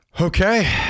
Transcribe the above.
okay